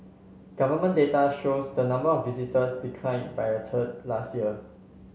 government data shows the number of visitors decline by a third last year